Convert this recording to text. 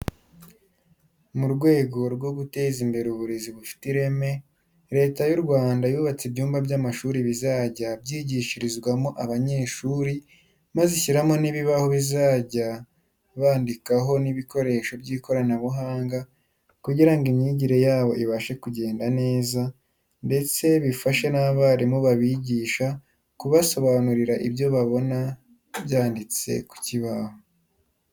Mu rwego rwo guteza imbere uburezi bufite ireme Leta y'u Rwanda yubatse ibyumba by'amashuri bizajya byigishirizwamo abanyeshuri maze ishyiramo n'ibibaho bazajya bandikaho n'ibikoresho by'ikoranabuhanga kugira ngo imyigire yabo ibashe kugenda neza ndetse bifashe n'abarimu babigisha kubasobanurira ibyo babona byanditse ku kibaho.